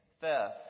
theft